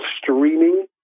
streaming